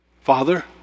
Father